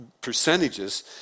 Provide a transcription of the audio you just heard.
percentages